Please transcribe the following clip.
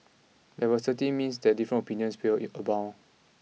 diversity means that different opinions will abound